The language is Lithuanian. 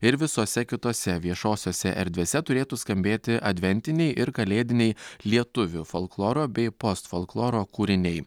ir visose kitose viešosiose erdvėse turėtų skambėti adventiniai ir kalėdiniai lietuvių folkloro bei postfolkloro kūriniai